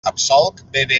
absolc